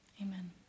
Amen